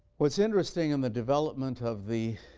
what's interesting in the development of the